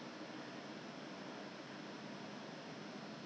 !wah! that means yours is yours is err